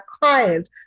clients